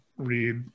read